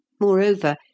Moreover